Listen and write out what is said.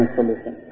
solution